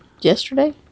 Yesterday